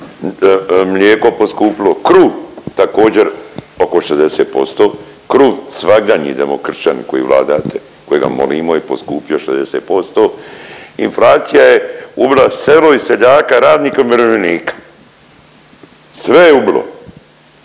mlijeko poskupilo, kruh također oko 60%, kruh svagdanji demokršćani koji vladate kojega molimo je poskupio 60%, inflacija je ubilo selo i seljaka, radnika i umirovljenika, sve je ubilo.